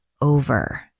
over